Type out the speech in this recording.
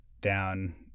down